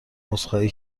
عذرخواهی